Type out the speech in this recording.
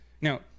now